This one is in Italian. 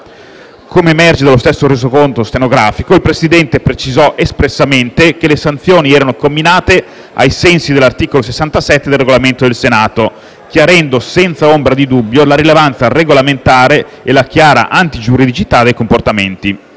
Come emerge dallo stesso Resoconto stenografico, il Presidente precisò espressamente che le sanzioni erano comminate ai sensi dell'articolo 67 del Regolamento del Senato chiarendo, senza ombra di dubbio, la rilevanza regolamentare e la chiara antigiuridicità dei comportamenti.